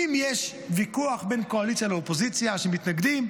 אם יש ויכוח בין קואליציה לאופוזיציה שמתנגדים,